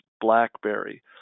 BlackBerry